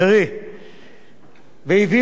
והביאו לוועדה שלד